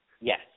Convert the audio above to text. Yes